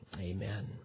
Amen